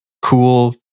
Cool